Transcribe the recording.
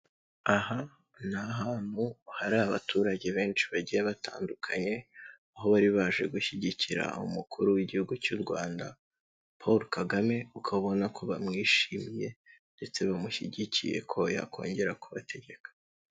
Aha ni ahantu hari abaturage benshi bagiye batandukanye aho bari baje gushyigikira umukuru w'igihugu cy'u Rwanda Paul Kagame ukabona ko bamwishimiye ndetse bamushyigikiye ko yakongera kubategeka.